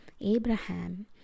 Abraham